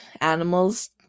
animals